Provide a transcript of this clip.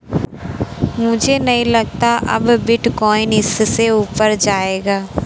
मुझे नहीं लगता अब बिटकॉइन इससे ऊपर जायेगा